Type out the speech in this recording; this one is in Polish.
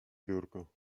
biurko